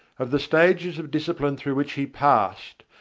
of the stages of discipline through which he passed,